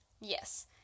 Yes